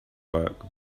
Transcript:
work